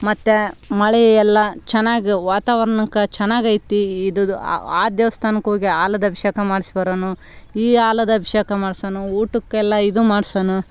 ಮತ್ತೆ ಮಳೆಯೆಲ್ಲ ಚೆನ್ನಾಗಿ ವಾತವರಣಕ್ಕೆ ಚೆನ್ನಾಗಿ ಐತಿ ಇದ್ದದು ಆ ದೇವಸ್ಥಾನಕ್ಕೆ ಹೋಗಿ ಆಲದ ಅಭಿಷೇಕ ಮಾಡಿಸಿ ಬರೋಣ ಈ ಆಲದ ಅಭಿಷೇಕ ಮಾಡ್ಸೋಣ ಊಟಕ್ಕೆಲ್ಲ ಇದು ಮಾಡ್ಸೋಣ